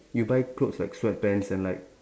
you buy clothes like sweatpants and like